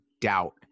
doubt